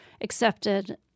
accepted